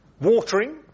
watering